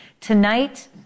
Tonight